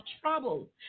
trouble